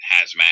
hazmat